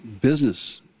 business